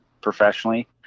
professionally